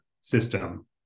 system